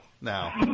now